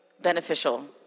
beneficial